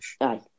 Aye